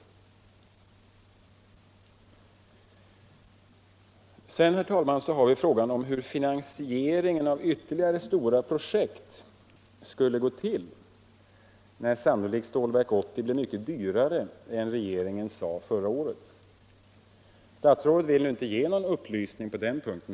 Sedan har vi frågan om hur finansieringen av ytterligare stora projekt skulle gå till, när Stålverk 80 sannolikt blir mycket dyrare än vad re geringen sade förra året. Statsrådet ville inte ge några upplysningar på den punkten.